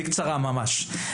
בקצרה ממש.